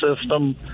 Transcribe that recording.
system